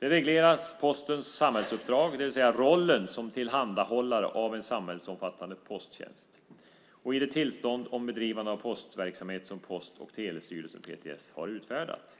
Där regle-ras Postens samhällsuppdrag, det vill säga rollen som tillhandahållare av en samhällsomfattande posttjänst, och i det tillstånd om bedrivande av postverksamhet som Post och telestyrelsen, PTS, har utfärdat.